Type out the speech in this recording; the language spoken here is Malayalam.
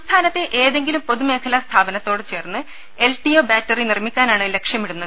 സംസ്ഥാനത്തെ ഏതെങ്കിലും പൊതുമേഖലാ സ്ഥാപന ത്തോട് ചേർന്ന് എൽ ടി ഒ ബാറ്ററി നിർമ്മിക്കാനാണ് ലക്ഷ്യമിടുന്നത്